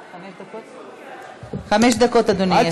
חמש דקות, אדוני, יש לך.